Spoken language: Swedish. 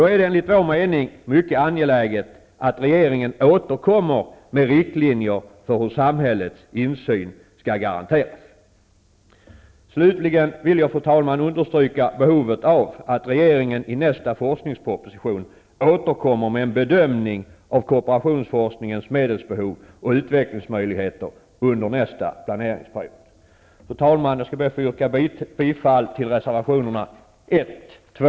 Det är enligt vår mening mycket angeläget att regeringen återkommer med riktlinjer för hur samhällets insyn skall garanteras. Slutligen vill jag understryka behovet av att regeringen i nästa forskningsproposition återkommer med en bedömning av kooperationsforskningens medelsbehov och utvecklingsmöjligheter under nästa planeringsperiod. Fru talman! Jag yrkar bifall till reservationerna 1, 2